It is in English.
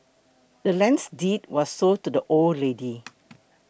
the land's deed was sold to the old lady